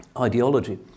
ideology